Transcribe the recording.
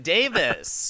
Davis